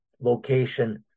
location